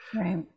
Right